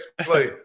play